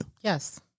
Yes